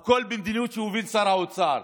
אחת, הכול במדיניות שהוביל שר האוצר.